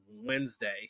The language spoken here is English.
Wednesday